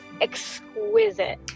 exquisite